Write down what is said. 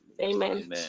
Amen